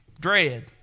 dread